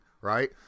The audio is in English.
Right